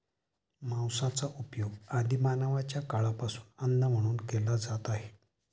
मांसाचा उपयोग आदि मानवाच्या काळापासून अन्न म्हणून केला जात आहे